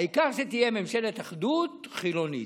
העיקר שתהיה ממשלת אחדות חילונית.